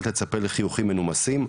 אל תצפה לחיוכים מנומסים.